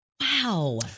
Wow